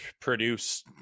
produce